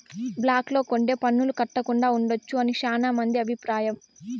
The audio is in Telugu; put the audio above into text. బ్లాక్ లో కొంటె పన్నులు కట్టకుండా ఉండొచ్చు అని శ్యానా మంది అభిప్రాయం